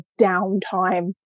downtime